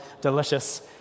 delicious